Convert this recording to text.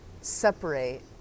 separate